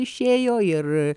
išėjo ir